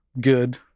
good